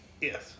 yes